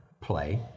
play